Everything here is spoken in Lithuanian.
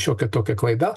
šiokia tokia klaida